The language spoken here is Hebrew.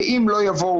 ואם לא יבואו